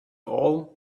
all